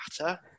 matter